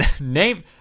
Name